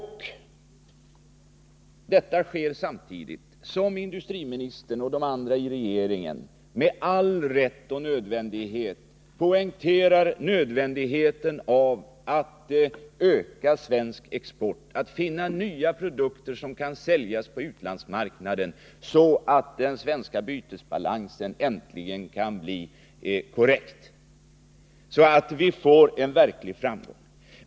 Detta sker samtidigt som industriministern och de andra i regeringen med all rätt poängterar nödvändigheten av att vi måste öka svensk export, att vi finner nya produkter som kan säljas på utlandsmarknaden, så att den svenska bytesbalansen äntligen kan bli korrekt och vi kan få verklig framgång.